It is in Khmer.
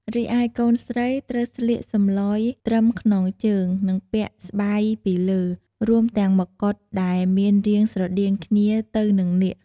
រីឯកូនស្រី ត្រូវស្លៀកសំឡុយត្រឹមខ្នងជើង និងពាក់ស្បៃពីលើ រួមទាំងម្កុដដែលមានរាងស្រដៀងគ្នាទៅនឹងនាគ។